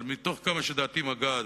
אבל עד כמה שדעתי מגעת,